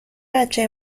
بچه